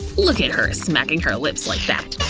look at her, smacking her lips like that.